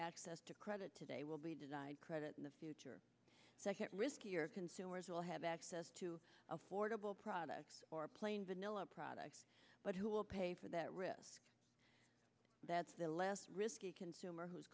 access to credit today will be desired credit in the future second riskier consumers will have access to affordable products or plain vanilla products but who will pay for that risk that's the less risky consumer who